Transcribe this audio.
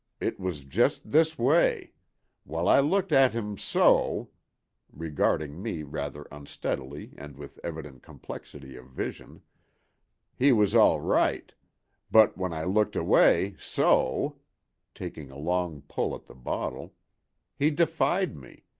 it was just this way while i looked at him, so regarding me rather unsteadily and with evident complexity of vision he was all right but when i looked away, so taking a long pull at the bottle he defied me.